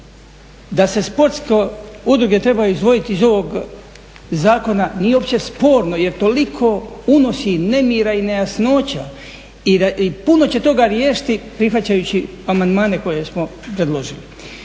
Da se sportske udruge trebaju izdvojiti iz ovog zakona nije uopće sporno jer toliko unosi nemira i nejasnoća i puno će toga riješiti prihvaćajući amandmane koje smo predložili.